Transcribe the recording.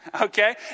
Okay